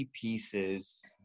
pieces